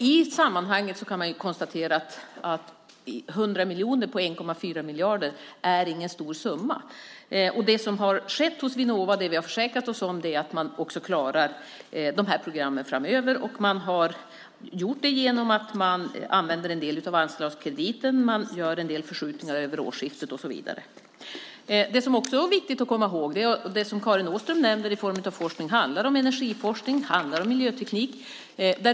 I sammanhanget kan man konstatera att 100 miljoner av 1,4 miljarder inte är någon stor summa. Det som har skett hos Vinnova, och det vi har försäkrat oss om, är att man också klarar dessa program framöver. Man har gjort det genom att använda en del av anslagskrediten, man gör en del förskjutningar över årsskiftet och så vidare. Det är också viktigt att komma ihåg att det som Karin Åström nämner i form av forskning handlar om energiforskning och miljöteknik.